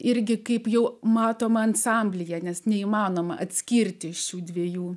irgi kaip jau matoma ansamblyje nes neįmanoma atskirti šių dviejų